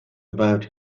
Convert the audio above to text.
about